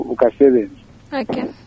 Okay